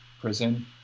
prison